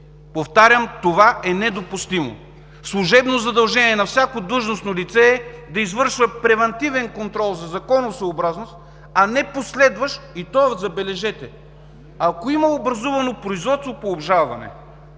Повтарям: това е недопустимо! Служебно задължение на всяко длъжностно лице е да извършва превантивен контрол за законосъобразност, а не последващ контрол, и то, забележете, ако имало образувано производство по обжалване.